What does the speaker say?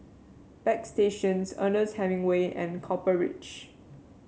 Bagstationz Ernest Hemingway and Copper Ridge